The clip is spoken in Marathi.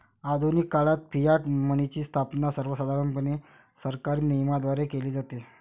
आधुनिक काळात फियाट मनीची स्थापना सर्वसाधारणपणे सरकारी नियमनाद्वारे केली जाते